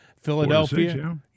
Philadelphia